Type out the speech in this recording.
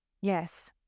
Yes